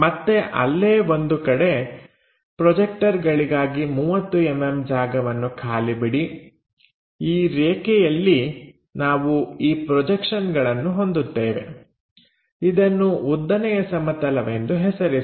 ಮತ್ತೆ ಅಲ್ಲೇ ಒಂದು ಕಡೆ ಪ್ರೊಜೆಕ್ಟರ್ ಗಳಿಗಾಗಿ 30mm ಜಾಗವನ್ನು ಖಾಲಿ ಬಿಡಿ ಈ ರೇಖೆಯಲ್ಲಿ ನಾವು ಈ ಪ್ರೊಜೆಕ್ಷನ್ಗಳನ್ನು ಹೊಂದುತ್ತೇವೆ ಇದನ್ನು ಉದ್ದನೆಯ ಸಮತಲವೆಂದು ಹೆಸರಿಸಿ